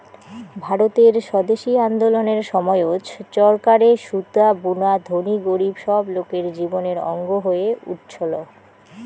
ভারতের স্বদেশি আন্দোলনের সময়ত চরকারে সুতা বুনা ধনী গরীব সব লোকের জীবনের অঙ্গ হয়ে উঠছল